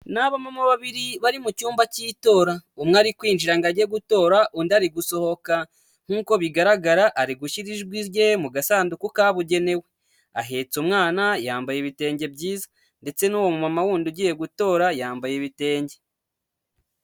Ni aba mama babiri bari mu cyumba cy'itora umwe ari kwinjira ngo ajye gutora undi ari gusohoka, nk'uko bigaragara ari gushyira ijwi rye mu gasanduku kabugenewe. Ahetse umwana, yambaye ibitenge byiza ndetse n'uwo mu mama wundi ugiye gutora yambaye ibitenge.